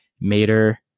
Mater